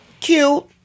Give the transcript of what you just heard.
Cute